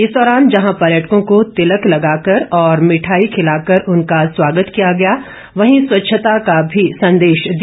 इस दौरान जहां पर्यटकों को तिलक लगाकर और भिट्ठाई खिलाकर उनका स्वागत किया गया वहीं स्वच्छता का भी संदेश दिया